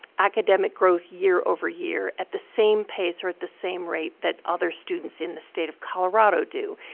academic growth year over year at the same pace or at the same rate that other students in the state of colorado do.